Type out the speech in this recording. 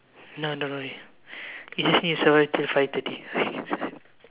no don't worry you just need to survive till five thirty